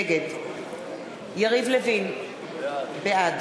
נגד יריב לוין, בעד